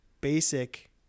basic